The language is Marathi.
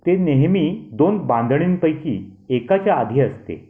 ते नेहमी दोन बांधणींपैकी एकाच्या आधी असते